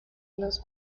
los